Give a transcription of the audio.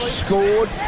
scored